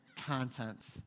Content